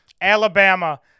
Alabama